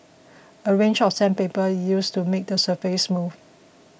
a range of sandpaper is used to make the surface smooth